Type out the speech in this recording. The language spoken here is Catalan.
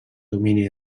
domini